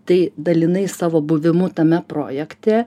tai dalinai savo buvimu tame projekte